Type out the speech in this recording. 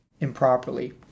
improperly